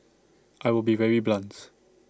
I will be very blunt